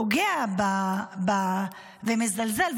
פוגע ומזלזל,